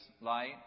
light